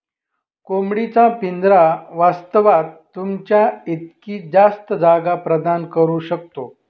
कोंबडी चा पिंजरा वास्तवात, तुमच्या इतकी जास्त जागा प्रदान करू शकतो